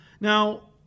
Now